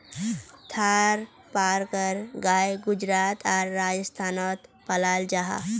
थारपारकर गाय गुजरात आर राजस्थानोत पाल जाहा